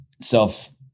self